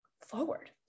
forward